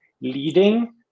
leading